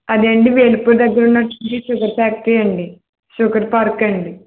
అదేండి వేల్పూర్ దగ్గర ఉన్న చి షుగర్ ఫ్యాక్టరీ అండీ షుగర్ పార్క్ అండీ